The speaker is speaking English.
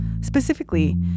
Specifically